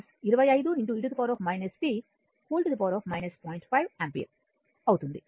5 ampere అవుతుంది